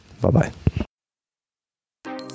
Bye-bye